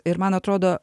ir man atrodo